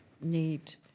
need